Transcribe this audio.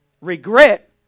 Regret